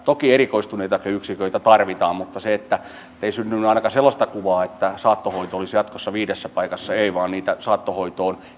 toki erikoistuneitakin yksiköitä tarvitaan mutta nyt ei pidä syntyä ainakaan sellaista kuvaa että saattohoito olisi jatkossa viidessä paikassa ei vaan niiden saattohoitoon